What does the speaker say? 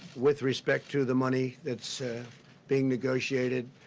with respect to the money that's being negotiated,